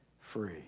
free